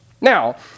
Now